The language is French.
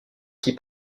qui